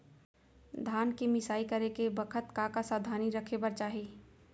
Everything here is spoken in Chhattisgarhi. धान के मिसाई करे के बखत का का सावधानी रखें बर चाही?